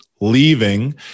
leaving